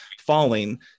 falling